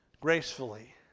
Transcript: gracefully